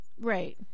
Right